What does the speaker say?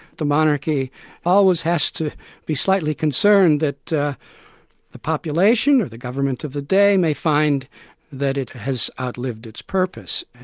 the monarchy always has to be slightly concerned that the the population or the government of the day may find that it has outlived its purpose.